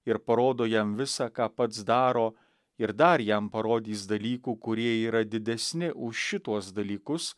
ir parodo jam visa ką pats daro ir dar jam parodys dalykų kurie yra didesni už šituos dalykus